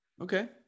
Okay